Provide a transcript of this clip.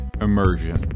Immersion